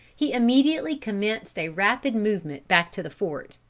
he immediately commenced a rapid movement back to the fort.